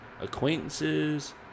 Acquaintances